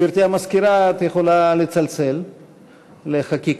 גברתי המזכירה, את יכולה לצלצל לחקיקה.